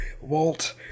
Walt